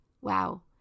Wow